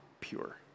pure